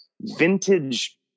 vintage